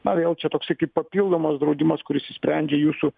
na jau čia toksai kaip papildomas draudimas kuris išsprendžia jūsų